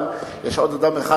אבל יש עוד אדם אחד,